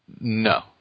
No